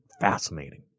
fascinating